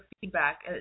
feedback